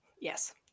yes